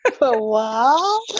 wow